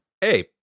Hey